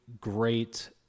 great